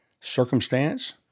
circumstance